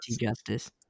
Justice